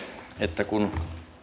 että kun